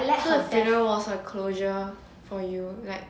so her funeral was a closure for you like